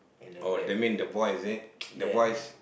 oh that mean the voice is it the voice